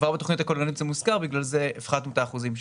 כבר בתוכנית הכוללנית זה מוזכר בגלל זה בפחתנו את האחוזים שם.